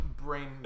brain